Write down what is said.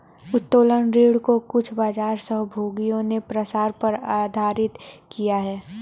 उत्तोलन ऋण को कुछ बाजार सहभागियों ने प्रसार पर आधारित किया